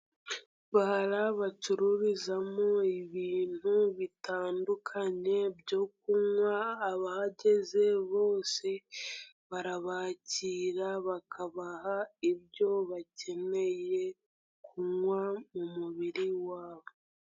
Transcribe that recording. Bara bacururizamo ibintu bitandukanye byo kunywa, abahageze bose barabakira bakabaha ibyo bakeneye kunywa mu mubiri wabo.